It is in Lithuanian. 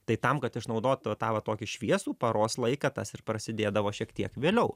tai tam kad išnaudot va tą va tokį šviesų paros laiką tas ir prasidėdavo šiek tiek vėliau